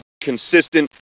consistent